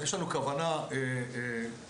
יש לנו כוונה לשפר.